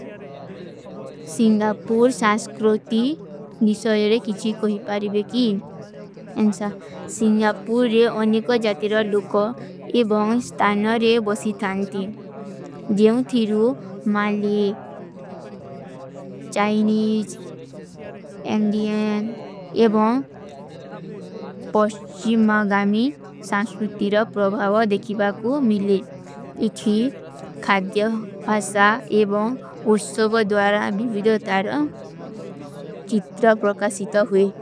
ସିଂଗାପୂର ସାଂସ୍କ୍ରୋତୀ ନିଷାଯରେ କିଛୀ କୋହୀ ପାରିବେ କୀ। ଅନ୍ଛା, ସିଂଗାପୂର ରେ ଅନିକା ଜାତିରା ଲୋକୋ ଏବାଁ ସ୍ଟାନରେ ବସୀ ଥାନତୀ। ଜୈଂଠୀରୂ ମାଲେ, ଚାଇନୀଜ, ଏନ୍ଦିନ, ଏବାଁ ପସ୍ଚୀ ମାଗାମୀ ସାଂସ୍କ୍ରୋତୀ ରେ ପ୍ରଭାଵା ଦେଖୀ ବାକୂ ମିଲେ। ଇଠୀ ଖାଦ୍ଯା, ହାସା, ଏବାଁ ଉର୍ସୋବ ଦ୍ଵାରାଂ ଭୀ ଵୀଡିଯୋ ତାରେଂ ଚିତ୍ରା ପ୍ରକାସିତା ହୁଈ।